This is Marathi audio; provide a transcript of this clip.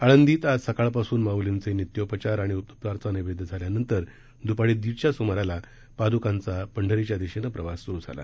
आळंदीत आज सकाळपासून माऊलींचमित्योपचार आणि दूपारचा नैवृद्झाल्यानंतर दूपारी दीड च्या सुमाराला पाद्कांचा पंढरीच्या दिशद्ध प्रवास सुरु झाला